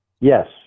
Yes